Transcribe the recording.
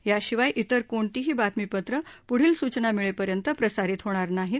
याशिवाय इतर कोणतीही बातमीपत्रं प्ढील सूचना मिळेपर्यंत प्रसारित होणार नाहीत